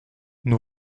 nous